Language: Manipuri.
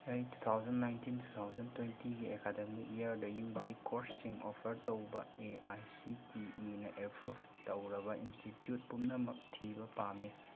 ꯑꯩ two thousand nineteen two thousand ꯇ꯭ꯋꯦꯟꯇꯤꯒꯤ ꯑꯦꯀꯥꯗꯃꯤꯛ ꯏꯌꯥꯔꯗ ꯌꯨ ꯖꯤ ꯀꯣꯔꯁꯁꯤꯡ ꯑꯣꯐꯔ ꯇꯧꯕ ꯑꯦ ꯑꯥꯏ ꯁꯤ ꯇꯤ ꯏꯅ ꯑꯦꯄ꯭ꯔꯨꯚ ꯇꯧꯔꯕ ꯏꯟꯁꯇꯤꯇ꯭ꯌꯨꯠ ꯄꯨꯝꯅꯃꯛ ꯊꯤꯕ ꯄꯥꯝꯃꯤ